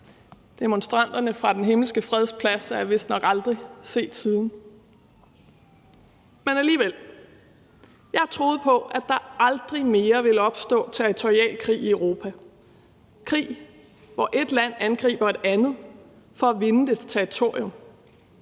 Demonstranterne fra Den Himmelske Freds Plads er vistnok aldrig set siden. Men alligevel. Jeg troede på, at der aldrig mere ville opstå territorial krig i Europa, krig, hvor et land angriber et andet for at vinde dets territorium.